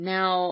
Now